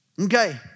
Okay